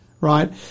right